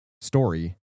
Story